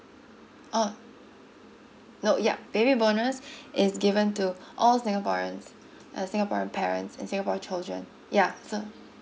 oh no yeah baby bonus is given to all singaporeans uh singaporean parents and singapore children ya so